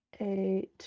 eight